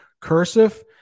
cursive